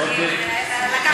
אוקיי.